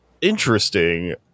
Interesting